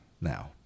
now